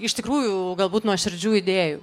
iš tikrųjų galbūt nuoširdžių idėjų